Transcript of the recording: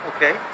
Okay